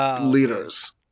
leaders